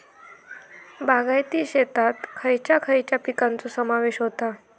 बागायती शेतात खयच्या खयच्या पिकांचो समावेश होता?